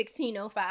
1605